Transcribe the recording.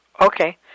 Okay